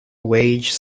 wage